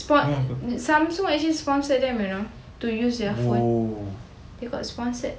Samsung actually sponsored them you know to use their phone they got sponsored